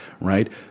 right